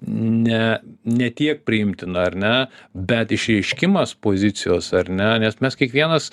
ne ne tiek priimtina ar ne bet išreiškimas pozicijos ar ne nes mes kiekvienas